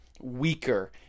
weaker